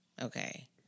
Okay